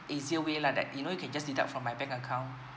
easier way like that you know you can just deduct from my bank account